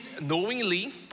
knowingly